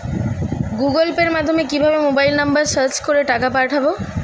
Google পের মাধ্যমে কিভাবে মোবাইল নাম্বার সার্চ করে টাকা পাঠাবো?